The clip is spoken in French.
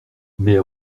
mais